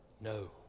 No